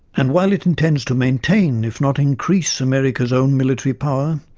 and while it intends to maintain, if not increase, america's own military power,